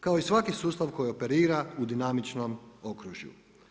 Kao i svaki sustav koji operira u dinamičnom okružju.